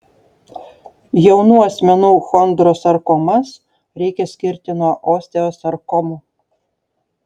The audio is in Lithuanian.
jaunų asmenų chondrosarkomas reikia skirti nuo osteosarkomų